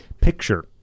picture